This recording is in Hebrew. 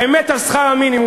האמת על שכר המינימום,